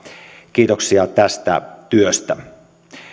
kiitoksia tästä työstä